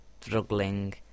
struggling